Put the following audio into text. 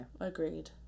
agreed